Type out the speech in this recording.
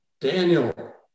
Daniel